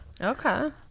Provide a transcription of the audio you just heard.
Okay